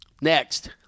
Next